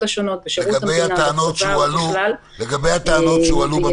השונות בשירות המדינה --- לגבי הטענות שהועלו במכתב?